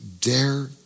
dare